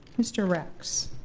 mr. rex?